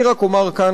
אני רק אומר כאן,